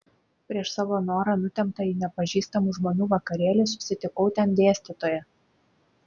prieš savo norą nutempta į nepažįstamų žmonių vakarėlį susitikau ten dėstytoją